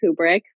Kubrick